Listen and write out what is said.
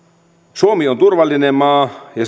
suomi on turvallinen maa ja